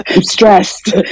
stressed